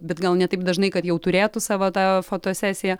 bet gal ne taip dažnai kad jau turėtų savo tą fotosesiją